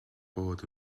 bod